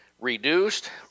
reduced